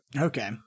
okay